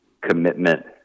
commitment